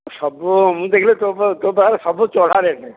ସବୁ ମୁଁ ଦେଖିଲି ତୋ ପାଖରେ ସବୁ ଚଢ଼ା ରେଟ୍